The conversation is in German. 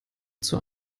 zur